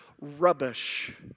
rubbish